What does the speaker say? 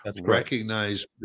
recognize